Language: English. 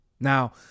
Now